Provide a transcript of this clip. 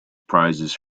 prizes